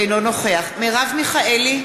אינו נוכח מרב מיכאלי,